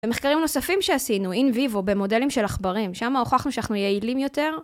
במחקרים נוספים שעשינו in vivo במודלים של עכברים, שם הוכחנו שאנחנו יעילים יותר.